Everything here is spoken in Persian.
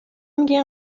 میگه